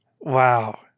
Wow